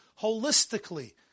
holistically